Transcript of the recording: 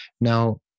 Now